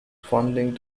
funding